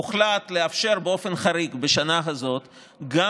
הוחלט לאפשר באופן חריג בשנה הזאת גם